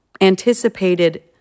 anticipated